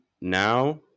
now